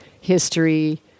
history